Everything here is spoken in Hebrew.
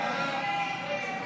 כהצעת הוועדה,